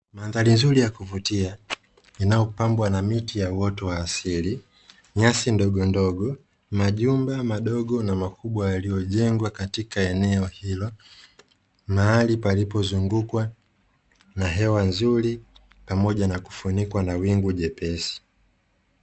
Mandhari nzuri ya kuvutia inayopambwa na miti ya uoto wa asili, nyasi ndogondogo, majumba madogo na makubwa yaliyojengwa katika eneo hilo, mahali palipozungukwa na hewa nzuri pamoja na kufunikwa na wingu jepesi.